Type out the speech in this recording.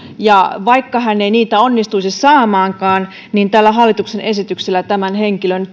ja vaikka hän ei niitä onnistuisi saamaankaan niin tällä hallituksen esityksellä tämän henkilön